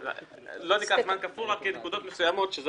פשוט יש בתוך הדברים שלי נקודות מסוימות שהן